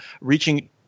reaching